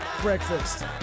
Breakfast